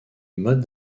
mode